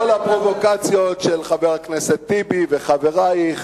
כל הפרובוקציות שחבר הכנסת טיבי וחברייך